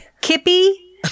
Kippy